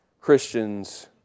Christians